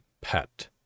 pet